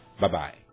Bye-bye